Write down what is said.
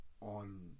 on